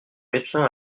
médecin